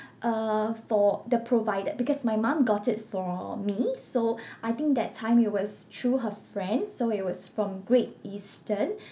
uh for the provider because my mum got it for me so I think that time it was through her friend so it was from great eastern